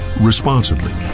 responsibly